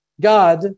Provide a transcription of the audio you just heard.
God